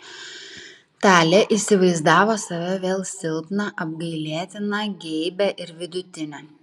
talė įsivaizdavo save vėl silpną apgailėtiną geibią ir vidutinę